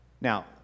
Now